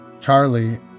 Charlie